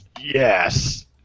Yes